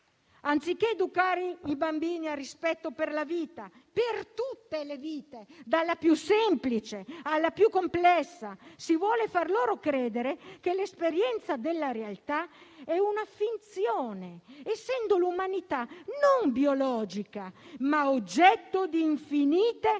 Anziché educare i bambini al rispetto per la vita, per tutte le vite, dalla più semplice alla più complessa, si vuole far loro credere che l'esperienza della realtà è una finzione, essendo l'umanità non biologica, ma oggetto di infinite, mutevoli